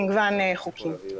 מגוון חוקים.